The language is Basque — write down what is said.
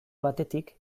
batetik